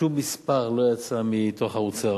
שום מספר לא יצא מתוך האוצר,